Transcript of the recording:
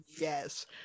yes